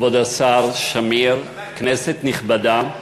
כבוד השר שמיר, כנסת נכבדה,